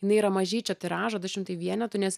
jinai yra mažyčio tiražo du šimtai vienetų nes